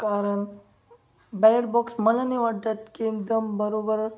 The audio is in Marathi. कारण बॅडट बॉक्स मला नाही वाटत की एकदम बरोबर